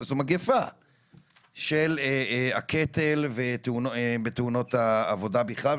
של הקטל בתאונות העבודה בכלל,